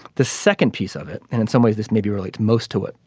the second piece of it and in some ways this maybe relates most to it.